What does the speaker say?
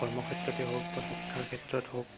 কৰ্ম ক্ষেত্ৰতে হওক বা শিক্ষাৰ ক্ষেত্ৰত হওক